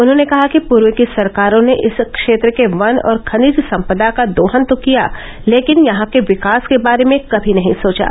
उन्होंने कहा कि पूर्व की सरकारों ने इस क्षेत्र के वन और खनिज संपदा का दोहन तो किया लेकिन यहां के विकास के बारे में कभी नहीं सोचा